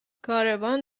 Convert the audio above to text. کاروان